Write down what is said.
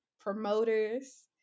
promoters